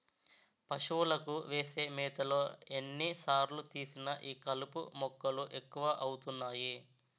పశువులకు వేసే మేతలో ఎన్ని సార్లు తీసినా ఈ కలుపు మొక్కలు ఎక్కువ అవుతున్నాయి